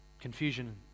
confusion